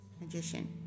magician